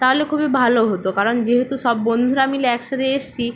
তাহলে খুবই ভালো হতো কারণ যেহেতু সব বন্ধুরা মিলে এক সাথে এসেছি